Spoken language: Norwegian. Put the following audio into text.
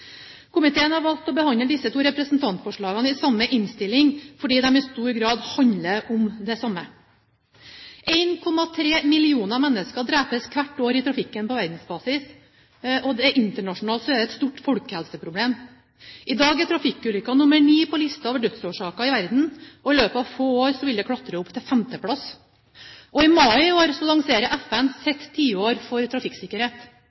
Komiteen har valgt å behandle disse to representantforslagene i samme innstilling, fordi de i stor grad handler om det samme. 1,3 millioner mennesker drepes hvert år i trafikken på verdensbasis, og internasjonalt er det et stort folkehelseproblem. I dag er trafikkulykker nummer ni på listen over dødsårsaker i verden, og i løpet av få år vil de klatre opp til femteplass. I mai i år lanserer FN sitt tiår for trafikksikkerhet.